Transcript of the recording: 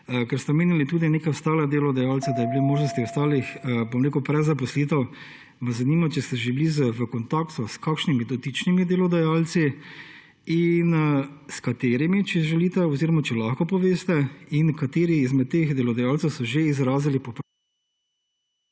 kjer ste omenjali tudi neke ostale delodajalce, da bi bile možnosti ostalih prezaposlitev, me zanima: Ali ste že bili v kontaktu s kakšnimi dotičnimi delodajalci in s katerimi, če želite oziroma če lahko poveste, in kateri izmed teh delodajalcev so že izrazili podporo?